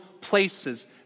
places